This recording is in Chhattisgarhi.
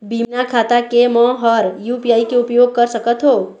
बिना खाता के म हर यू.पी.आई के उपयोग कर सकत हो?